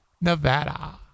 Nevada